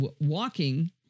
walking